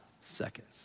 seconds